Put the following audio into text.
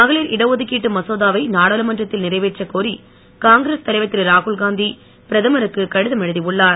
மகளிர் இடஒதுக்கீட்டு மசோதாவை நாடாளுமன்றத்தில் நிறைவேற்றக் கோரி காங்கிரஸ் தலைவர் திரு ராகுல்காந்தி பிரதமருக்கு கடிதம் எழுதி உள்ளார்